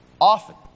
often